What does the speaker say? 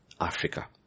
Africa